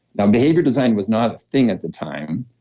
now, behavior design was not a thing at the time.